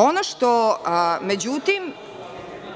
Ono što, međutim,